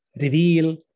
reveal